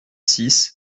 six